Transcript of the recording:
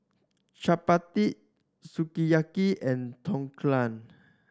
Chapati Sukiyaki and